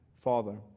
father